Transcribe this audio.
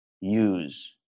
use